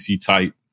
type